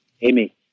Amy